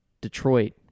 Detroit